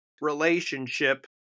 relationship